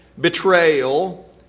betrayal